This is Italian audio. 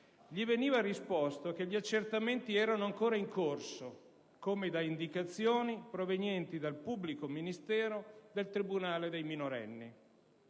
Gli veniva risposto che gli accertamenti erano ancora in corso, come da indicazioni provenienti dal pubblico ministero del tribunale per i minorenni.